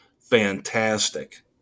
fantastic